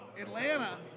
Atlanta